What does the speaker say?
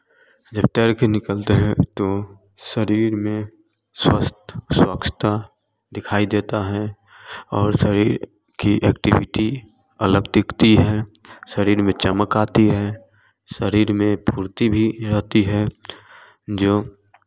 जब तैर कर निकलते हैं तो शरीर में स्वस्थ चमकता दिखाई देता है और शरीर की एक्टिविटी अलग दिखती है शरीर में चमक आती है शरीर में पूर्ति भी रहती है जो